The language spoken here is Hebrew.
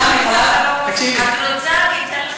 את יכולה, את יכולה לבוא, יקירה, תקשיבי, את רוצה?